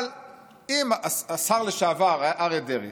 אבל אם השר לשעבר אריה דרעי,